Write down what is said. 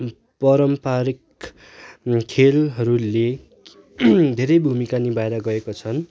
पारम्परिक खेलहरूले धेरै भूमिका निभाएर गएका छन्